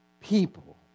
people